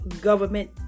government